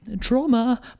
trauma